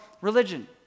religion